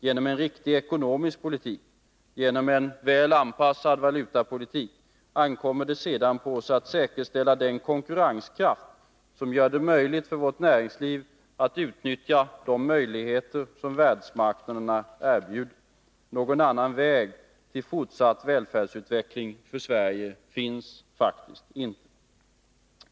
Genom en riktig ekonomisk politik, genom en väl anpassad valutapolitik, ankommer det sedan på oss att säkerställa konkurrenskraften hos vårt näringsliv så att det kan utnyttja de möjligheter som världsmarknaderna erbjuder. Någon annan väg till fortsatt välfärdsutveckling för Sverige finns faktiskt inte.